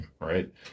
right